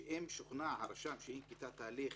שאם שוכנע הרשם שאי-נקיטת ההליך